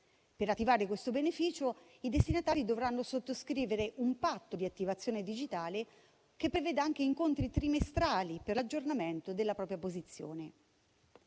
Per attivare questo beneficio i destinatari dovranno sottoscrivere un patto di attivazione digitale che preveda anche incontri trimestrali per l'aggiornamento della propria posizione.